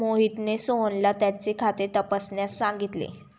मोहितने सोहनला त्याचे खाते तपासण्यास सांगितले